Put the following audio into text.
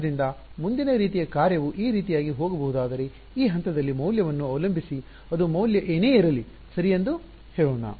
ಆದ್ದರಿಂದ ಮುಂದಿನ ರೀತಿಯ ಕಾರ್ಯವು ಈ ರೀತಿಯಾಗಿ ಹೋಗಬಹುದಾದರೆ ಈ ಹಂತದಲ್ಲಿ ಮೌಲ್ಯವನ್ನು ಅವಲಂಬಿಸಿ ಅದು ಮೌಲ್ಯ ಏನೇ ಇರಲಿ ಸರಿ ಎಂದು ಹೇಳೋಣ